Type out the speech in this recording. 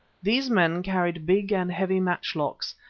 these man carried big and heavy matchlocks,